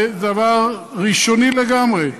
זה דבר ראשוני לגמרי.